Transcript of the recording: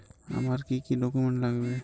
আমার কি কি ডকুমেন্ট লাগবে?